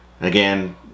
Again